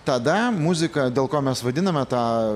tada muziką dėl ko mes vadiname tą